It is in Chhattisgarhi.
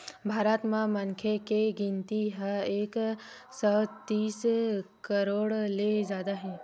भारत म मनखे के गिनती ह एक सौ तीस करोड़ ले जादा हे